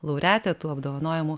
laureatė tų apdovanojimų